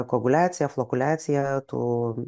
koaguliacija flokuliacija tų